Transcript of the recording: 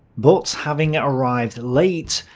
but having arrived late,